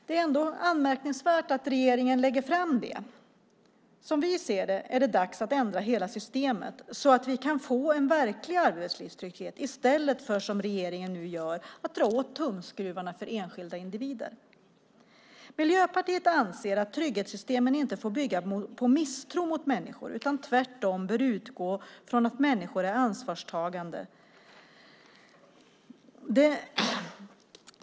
Det är anmärkningsvärt att regeringen ändå lägger fram det. Som vi ser det är det dags att ändra hela systemet så att vi kan få en verklig arbetslivstrygghet i stället för att, som regeringen nu gör, dra åt tumskruvarna för enskilda individer. Miljöpartiet anser att trygghetssystemen inte får bygga på misstro mot människor utan tvärtom bör utgå från att människor är ansvarstagande.